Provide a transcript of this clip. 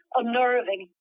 unnerving